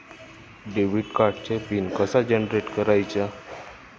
Debit कार्डचा PIN कसा generate करायचा?